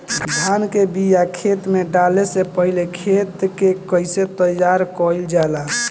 धान के बिया खेत में डाले से पहले खेत के कइसे तैयार कइल जाला?